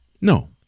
No